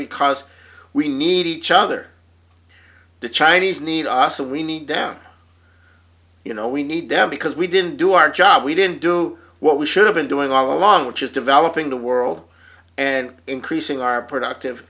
because we need each other the chinese need us we need down you know we need to have because we didn't do our job we didn't do what we should have been doing all along which is developing the world and increasing our productive